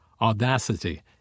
Audacity